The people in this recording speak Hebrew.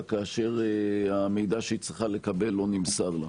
כאשר המידע שהיא צריכה לקבל לא נמסר לה.